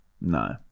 No